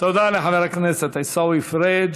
תודה לחבר הכנסת עיסאווי פריג'.